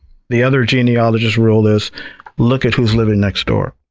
the other genealogist rule is look at who's living next door.